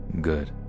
good